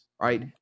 right